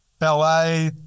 LA